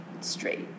straight